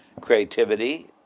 creativity